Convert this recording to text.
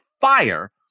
fire